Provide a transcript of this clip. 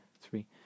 three